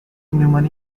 minuman